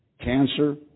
Cancer